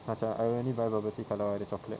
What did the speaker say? macam I will only buy bubble tea kalau ada chocolate